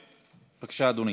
בבקשה, אדוני.